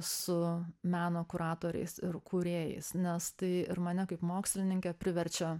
su meno kuratoriais ir kūrėjais nes tai ir mane kaip mokslininkę priverčia